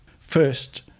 First